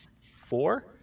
four